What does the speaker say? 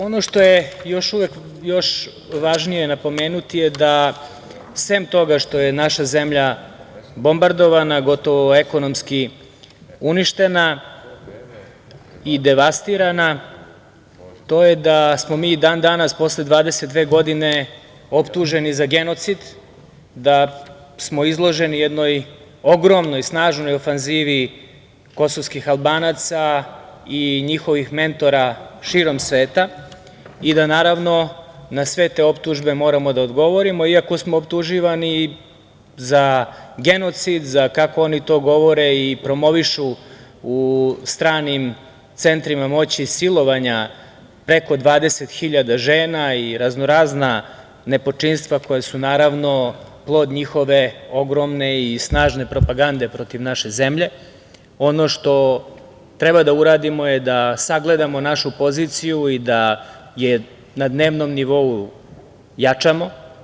Ono što je još važnije napomenuti je da, sem toga što je naša zemlja bombardovana gotovo ekonomski uništena i devastirana, to je da smo mi i dan-danas posle 22 godine optuženi za genocid, da smo izloženi jednoj ogromnoj, snažnoj ofanzivi kosovskih Albanaca i njihovih mentora širom sveta i da, naravno, na sve te optužbe moramo da odgovorimo, iako smo optuživani za genocid, kako oni to govore i promovišu u stranim centrima moći, i silovanja preko 20 hiljada žena i raznorazna nepočinstva koja su, naravno, plod njihove ogromne i snažne propagande protiv naše zemlje, ono što treba da uradimo je da sagledamo našu poziciju i da je na dnevnom nivou jačamo.